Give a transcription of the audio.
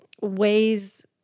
ways